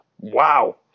Wow